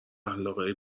اخلاقای